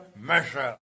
measure